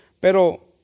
pero